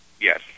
Yes